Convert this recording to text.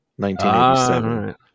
1987